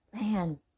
man